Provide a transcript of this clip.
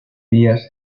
días